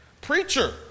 Preacher